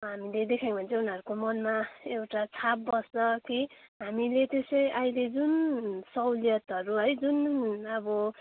हामीले देखायौँ भने चाहिँ उनीहरूको मनमा एउटा छाप बस्छ कि हामीले त्यसै अहिले जुन सौलियतहरू है जुन अब